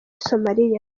somalia